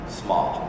small